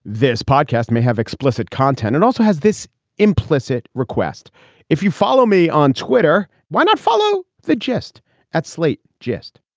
this podcast may have explicit content and also has this implicit request if you follow me on twitter why not follow the gist at slate just